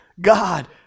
God